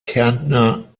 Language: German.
kärntner